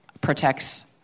protects